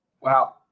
Wow